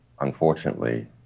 unfortunately